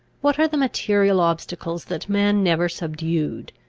what are the material obstacles, that man never subdued?